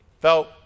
Felt